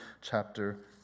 chapter